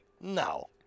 no